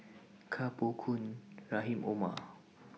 Koh Poh Koon Rahim Omar